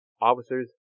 officers